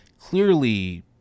clearly